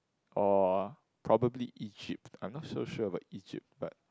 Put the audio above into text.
or probably Egypt I'm not so sure about Egypt but